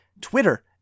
Twitter